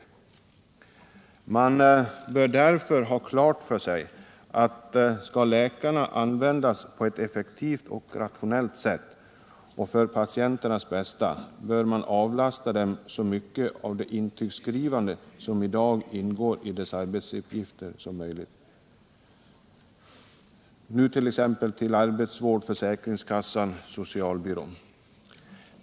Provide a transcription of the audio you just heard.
Man bör därför ha klart för sig att om läkarna skall användas på ett effektivt och rationellt sätt och för patienternas bästa, bör man avlasta dem så mycket som möjligt av det intygsskrivande som i dag ingår i läkarnas arbetsuppgifter, exempelvis till arbetsvården och försäkringskassan, socialbyrån.